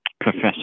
Professor